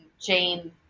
Jane